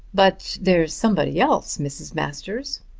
but there's somebody else, mrs. masters.